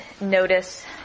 notice